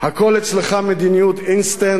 הכול אצלך מדיניות אינסטנט,